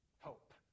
hope